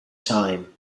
time